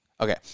Okay